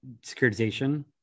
securitization